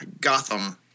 Gotham